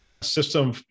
system